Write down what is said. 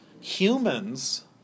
humans